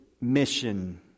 mission